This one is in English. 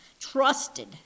trusted